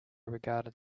regarded